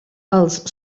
els